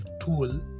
tool